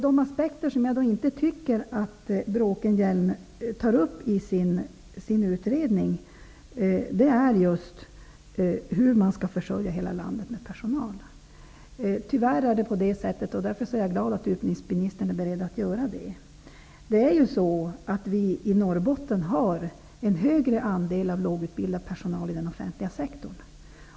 Det finns vissa aspekter som Bråkenhielm inte tar upp i sin utredning, bl.a. hur man skall försörja hela landet med personal. Tyvärr har vi i Norrbotten en högre andel lågutbildad personal i den offentliga sektorn.